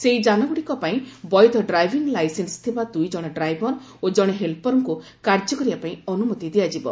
ସେହି ଯାନଗୁଡ଼ିକପାଇଁ ବୈଧ ଡ୍ରାଇଭିଂ ଲାଇସେନ୍ସ ଥିବା ଦୁଇ ଜଣ ଡ୍ରାଇଭର୍ ଓ ଜଣେ ହେଲ୍ପର୍ଙ୍କୁ କାର୍ଯ୍ୟ କରିବାପାଇଁ ଅନୁମତି ଦିଆଯିବ